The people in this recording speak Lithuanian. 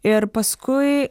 ir paskui